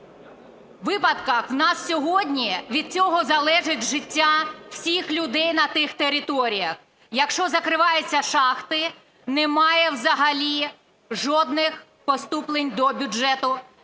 у нас сьогодні від цього залежить життя всіх людей на тих територіях. Якщо закриваються шахти, немає взагалі жодних поступлень до бюджету